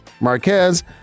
Marquez